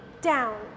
down